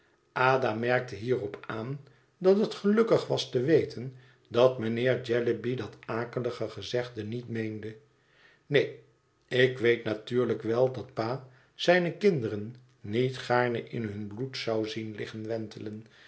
ada merkte hierop aan dat het gelukkig was te weten dat mijnheer jellyby dat akelige gezegde niet meende neen ik weet natuurlijk wel dat pa zijne kinderen niet gaarne in hun bloed zou zien liggen wentelen